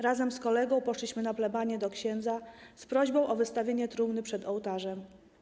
Razem z kolegą poszliśmy na plebanię do księdza z prośbą o wystawienie trumny przed ołtarzem.